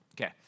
Okay